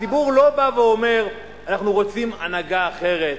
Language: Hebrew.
הציבור לא בא ואומר: אנחנו רוצים הנהגה אחרת,